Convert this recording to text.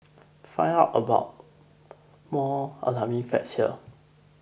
find out more alarming facts here